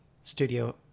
Studio